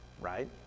right